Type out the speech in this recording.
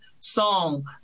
Song